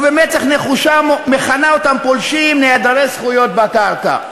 ובמצח נחושה מכנה אותם פולשים נעדרי זכויות בקרקע,